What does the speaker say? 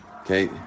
Okay